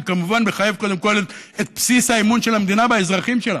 זה כמובן מחייב קודם כול את בסיס האמון של המדינה באזרחים שלה,